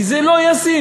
כי זה לא ישים,